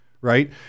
Right